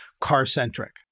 car-centric